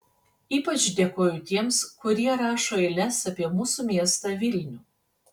ypač dėkoju tiems kurie rašo eiles apie mūsų miestą vilnių